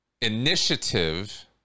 initiative